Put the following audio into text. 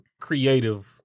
creative